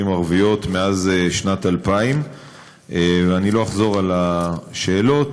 ערביות מאז שנת 2000. אני לא אחזור על השאלות,